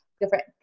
different